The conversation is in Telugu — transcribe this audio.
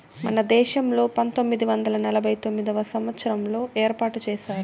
మన దేశంలో పంతొమ్మిది వందల నలభై తొమ్మిదవ సంవచ్చారంలో ఏర్పాటు చేశారు